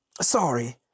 Sorry